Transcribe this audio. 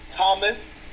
Thomas